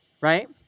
right